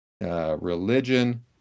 religion